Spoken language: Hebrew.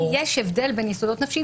אבל עדיין יש הבדל בין יסודות נפשיים